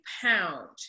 pound